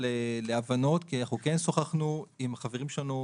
להבנות כי אנחנו כן שוחחנו עם החברים שלנו